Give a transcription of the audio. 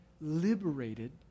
liberated